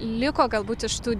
liko galbūt iš tų